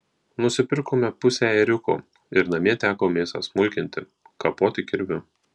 nusipirkome pusę ėriuko ir namie teko mėsą smulkinti kapoti kirviu